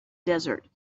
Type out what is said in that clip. desert